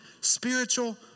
spiritual